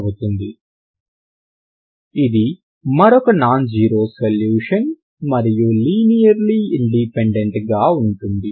అవుతుంది ఇది మరొక నాన్ జీరో సొల్యూషన్ మరియు లీనియర్లీ ఇండిపెండెంట్ గా ఉంటుంది